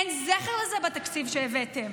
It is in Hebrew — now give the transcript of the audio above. אין זכר לזה בתקציב שהבאתם.